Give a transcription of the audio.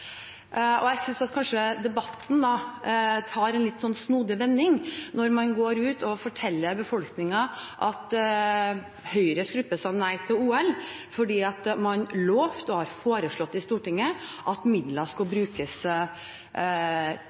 Jeg synes kanskje at debatten tar en litt snodig vending når man går ut og forteller befolkningen at Høyres gruppe sa nei til OL, for man lovet og har foreslått i Stortinget at midler skulle brukes